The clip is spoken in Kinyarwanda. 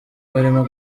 barimo